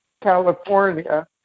California